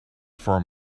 for